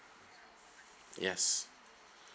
yes